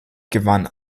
gewann